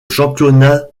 championnat